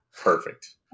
perfect